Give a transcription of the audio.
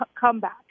comeback